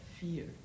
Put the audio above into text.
fear